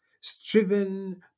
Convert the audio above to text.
striven